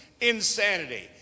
insanity